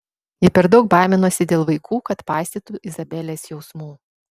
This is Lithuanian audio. ji per daug baiminosi dėl vaikų kad paisytų izabelės jausmų